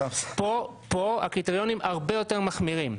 כאן הקריטריונים הרבה יותר מחמירים.